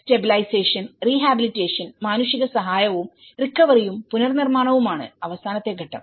stabilisation rehabilitation മാനുഷിക സഹായവും recovery യും പുനർനിർമ്മാവും ആണ് അവസാനത്തെ ഘട്ടം